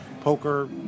poker